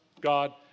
God